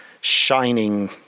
shining